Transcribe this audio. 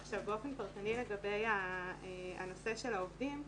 עכשיו באופן פרטני לגבי הנושא של העובדים,